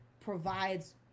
provides